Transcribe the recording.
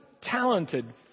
talented